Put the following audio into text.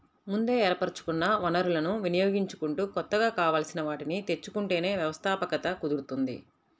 ముందే ఏర్పరచుకున్న వనరులను వినియోగించుకుంటూ కొత్తగా కావాల్సిన వాటిని తెచ్చుకుంటేనే వ్యవస్థాపకత కుదురుతుంది